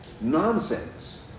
nonsense